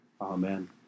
Amen